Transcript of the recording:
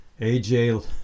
AJ